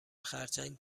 خرچنگ